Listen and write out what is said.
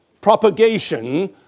propagation